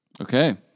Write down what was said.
Okay